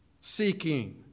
seeking